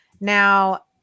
Now